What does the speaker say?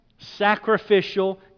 sacrificial